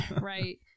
Right